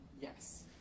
Yes